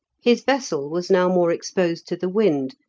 his vessel was now more exposed to the wind,